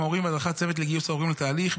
ההורים והדרכת הצוות לגיוס ההורים לתהליך.